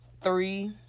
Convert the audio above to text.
three